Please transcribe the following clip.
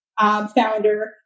founder